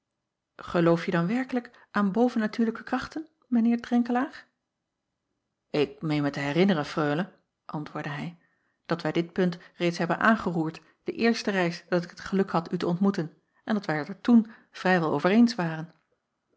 geloofje dan werkelijk aan bovennatuurlijke krachten mijn eer renkelaer k meen mij te herinneren reule antwoordde hij dat wij dit punt reeds hebben aangeroerd de eerste reis dat ik het geluk had u te ontmoeten en dat wij het er toen vrij wel over eens waren